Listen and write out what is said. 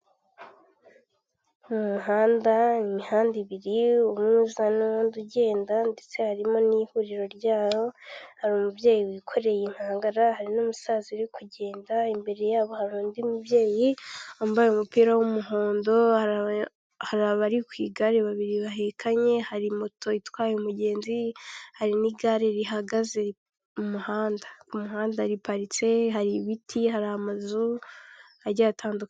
Umuhanda imihanda ibiri umwe uza nundi ugenda ndetse harimo n'ihuriro ryayo hari umubyeyi wikoreye inkangara hari n'umusaza uri kugenda imbere yabo hari undi mubyeyi wambaye umupira w'umuhondo hari abari ku igare babiri bahekanye hari moto itwaye umugenzi hari n'igare rihagaze mu muhanda ,ku muhanda riparitse hari ibiti hari amazu agiye atandukanye .